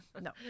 no